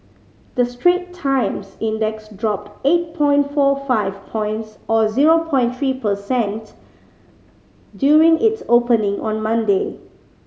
the Straits Times Index dropped eight point four five points or zero point three per cent during its opening on Monday